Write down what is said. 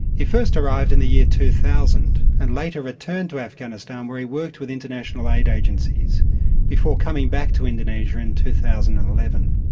he first arrived in the year two thousand and later returned to afghanistan where he worked with international aid agencies before coming back to indonesia in two thousand and eleven.